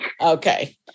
Okay